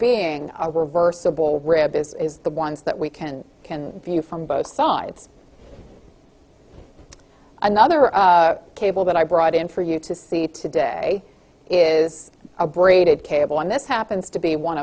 being a reversible rib is the ones that we can can view from both sides another cable that i brought in for you to see today is a braided cable and this happens to be one